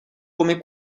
come